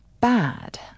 bad